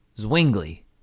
Zwingli